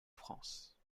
france